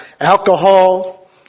alcohol